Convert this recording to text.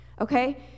okay